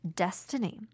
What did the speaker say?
destiny